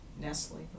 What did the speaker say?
Nestle